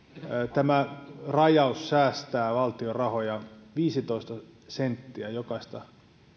tämä rajaus säästää valtion rahoja viisitoista senttiä jokaista